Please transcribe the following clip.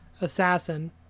assassin